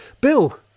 Bill